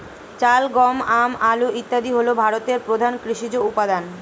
চাল, গম, আম, আলু ইত্যাদি হল ভারতের প্রধান কৃষিজ উপাদান